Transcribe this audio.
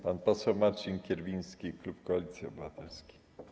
Pan poseł Marcin Kierwiński, klub Koalicji Obywatelskiej.